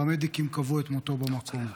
פרמדיקים קבעו את מותו במקום.